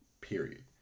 period